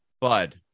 Bud